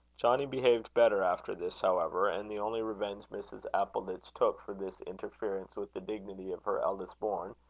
johnnie behaved better after this, however and the only revenge mrs. appleditch took for this interference with the dignity of her eldest born,